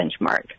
benchmark